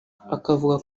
akavuga